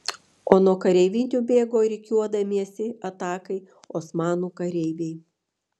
o nuo kareivinių bėgo rikiuodamiesi atakai osmanų kareiviai